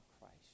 Christ